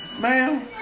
Ma'am